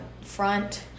front